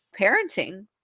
parenting